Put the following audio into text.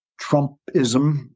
Trumpism